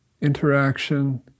interaction